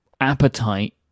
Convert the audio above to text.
Appetite